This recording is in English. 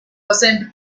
ascend